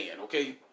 okay